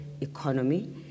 economy